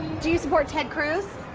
do you support ted cruz?